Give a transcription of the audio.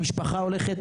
המשפחה הולכת.